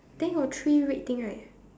then got three red thing right